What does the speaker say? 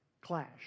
clash